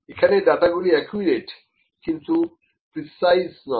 এখানে ডাটা গুলি অ্যাকিউরেট কিন্তু প্রিসাইস নয়